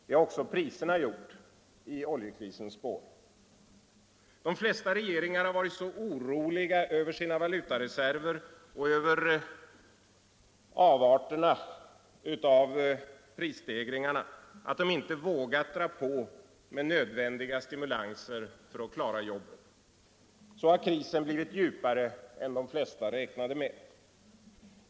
Det har också priserna gjort i oljekrisens spår. De flesta regeringar har varit så oroliga över sina krympande valutareserver och över avarterna av prisstegringarna att de inte vågat dra på med nödvändiga stimulanser för att klara jobben. Så har krisen blivit djupare än de flesta räknade med.